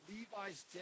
Levi's